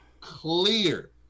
clear